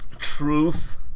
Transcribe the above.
Truth